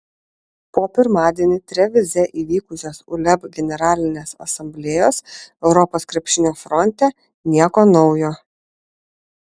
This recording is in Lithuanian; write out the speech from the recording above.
po pirmadienį trevize įvykusios uleb generalinės asamblėjos europos krepšinio fronte nieko naujo